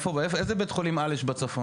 איזה בית חולים על יש בצפון?